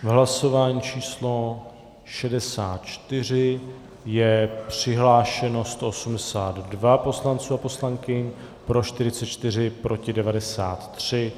V hlasování číslo 64 je přihlášeno 182 poslanců a poslankyň, pro 44, proti 93.